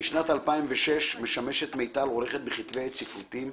משנת 2006 משמשת מיטל עורכת בכתבי עת ספרותיים.